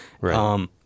Right